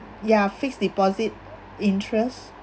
ya fixed deposit interest